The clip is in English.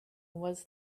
was